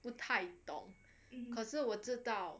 不太懂可是我知道